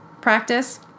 practice